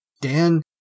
Dan